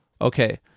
okay